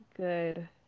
good